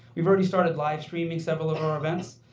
we've already started live streaming several of our events.